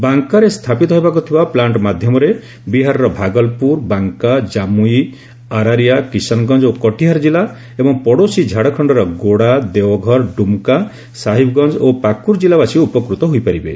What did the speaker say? ବାଙ୍କାରେ ସ୍ଥାପିତ ହେବାକୁ ଥିବା ପ୍ଲାର୍କ ମାଧ୍ୟମରେ ବିହାରର ଭାଗଲପୁର ବାଙ୍କା ଜାମୁଇ ଆରାରିଆ କିଶନଗଞ୍ଜ ଓ କଟିହାର ଜିଲ୍ଲା ଏବଂ ପଡ଼ୋଶୀ ଝାଡ଼ଖଣ୍ଡର ଗୋଡା ଦେଓଘର ଡୁମକା ସାହିବଗଞ୍ଜ ଏବଂ ପାକୁର ଜିଲ୍ଲାବାସୀ ଉପକୃତ ହୋଇପାରିବେ